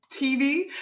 TV